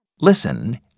Listen